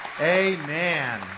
amen